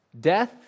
death